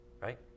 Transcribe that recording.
right